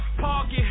pocket